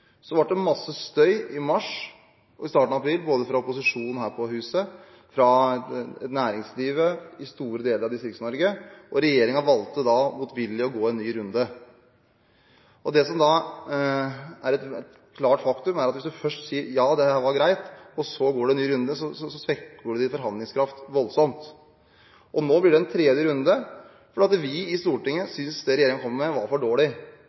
Så ble det mye støy i mars og i starten av april, både fra opposisjonen her på huset og fra næringslivet i store deler av Distrikts-Norge, og regjeringen valgte da motvillig å gå en ny runde. Det som er et klart faktum, er at hvis man først sier ja, det var greit, og så går en ny runde, svekker man sin forhandlingskraft voldsomt. Nå blir det en tredje runde, for vi i Stortinget syntes det regjeringen kom med, var for dårlig,